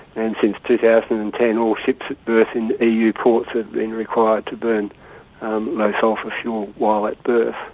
and since two thousand and ten all ships at berth in ah eu ports have been required to burn low sulphur fuel while at berth.